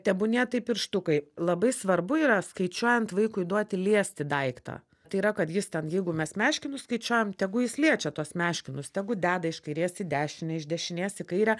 tebūnie tai pirštukai labai svarbu yra skaičiuojant vaikui duoti liesti daiktą tai yra kad jis ten jeigu mes meškinus skaičiavom tegu jis liečia tuos meškinus tegu deda iš kairės į dešinę iš dešinės į kairę